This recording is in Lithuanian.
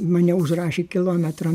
mane užrašė kilometrą